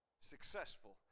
successful